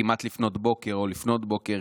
וכמעט לפנות בוקר או לפנות בוקר,